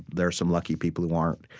there are some lucky people who aren't.